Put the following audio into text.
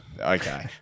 Okay